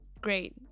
great